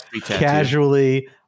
casually